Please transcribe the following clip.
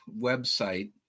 website